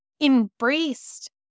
embraced